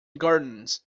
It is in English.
gardens